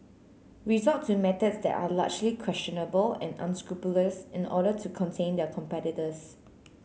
resort to methods that are largely questionable and unscrupulous in order to contain their competitors